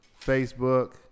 Facebook